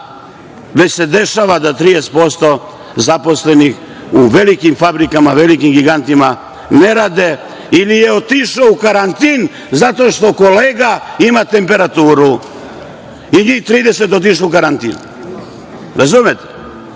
Već se dešava da 30% zaposlenih u velikim fabrikama, velikim gigantima ne rade ili je otišao u karantin zato što kolega ima temperaturu i njih 30 je otišlo u karantin. Razumete? Mi